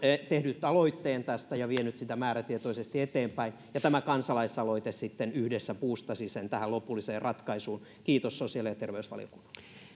tehnyt aloitteen tästä ja vienyt sitä määrätietoisesti eteenpäin ja tämä kansalaisaloite sitten buustasi sen tähän lopulliseen ratkaisuun kiitos sosiaali